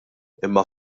imma